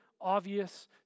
obvious